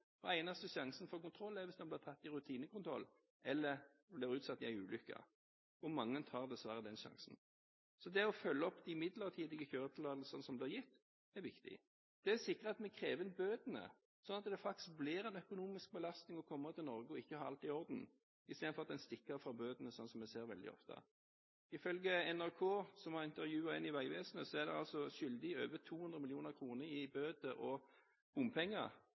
Eneste sjansen for kontroll er hvis man blir tatt i rutinekontroll eller blir utsatt for en ulykke. Mange tar dessverre den sjansen. Det å følge opp de midlertidige kjøretillatelsene som blir gitt, er viktig. Det sikrer at vi krever inn bøtene, slik at det faktisk blir en økonomisk belastning å komme til Norge og ikke ha alt i orden, i stedet for at man stikker av fra bøtene, som vi ser veldig ofte. Ifølge NRK, som har intervjuet en i Vegvesenet, skylder utenlandske trailere over 200 mill. kr i bøter og bompenger.